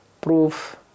proof